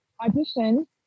audition